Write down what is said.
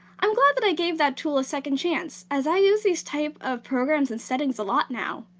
i'm glad that i gave that tool a second chance, as i use these type of programs and settings a lot now.